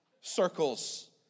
circles